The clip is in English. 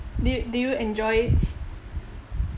do you do you enjoy